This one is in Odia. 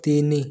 ତିନି